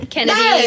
Kennedy